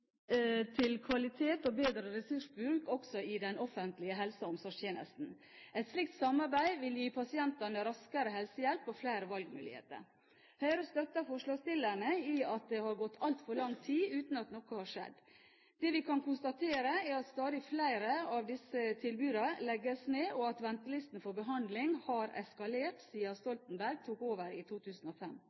økt kvalitet og bedre ressursbruk også i den offentlige helse- og omsorgstjenesten. Et slikt samarbeid vil gi pasientene raskere helsehjelp og flere valgmuligheter. Høyre støtter forslagsstillerne i at det har gått altfor lang tid uten at noe har skjedd. Det vi kan konstatere, er at stadig flere av disse tilbudene legges ned, og at ventelistene for behandling har eskalert siden Stoltenberg tok over i 2005.